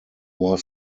was